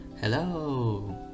Hello